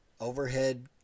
overhead